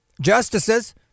justices